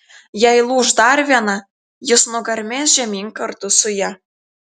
jei lūš dar viena jis nugarmės žemyn kartu su ja